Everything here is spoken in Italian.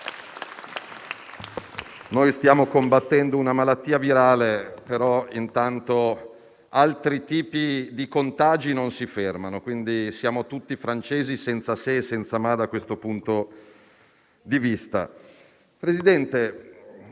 Stiamo combattendo una malattia virale, ma intanto altri tipi di contagi non si fermano. Quindi siamo tutti francesi, senza se e senza ma da questo punto di vista. Signor Presidente